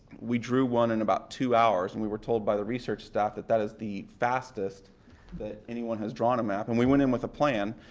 we drew one in about two hours and we were told by the research staff that that is the fastest that anyone has drawn a map. and we went in with a plan,